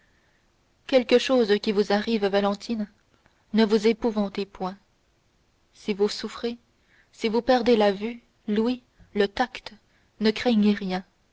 quelque chose qui vous arrive valentine ne vous épouvantez point si vous souffrez si vous perdez la vue l'ouïe le tact ne craignez rien